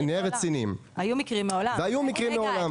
והיו מקרים מעולם.